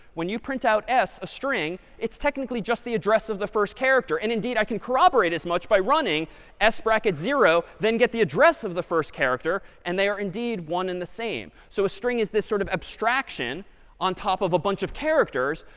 when you print out s, a string, it's technically just the address of the first character. and indeed, i can corroborate as much by running s bracket zero then get the address of the first character. and they are indeed one in the same. so a string is this sort of abstraction on top of a bunch of characters.